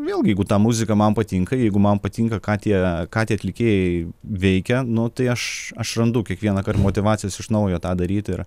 vėlgi jeigu ta muzika man patinka jeigu man patinka ką tie ką tie atlikėjai veikia nu tai aš aš randu kiekvienąkart motyvacijos iš naujo tą daryt ir